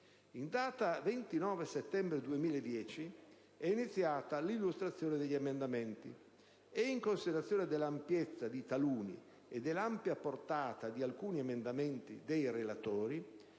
In data 29 settembre 2010 è iniziata l'illustrazione degli emendamenti e, in considerazione dell'ampiezza di taluni e dell'ampia portata di alcuni emendamenti dei relatori,